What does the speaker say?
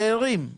שארים,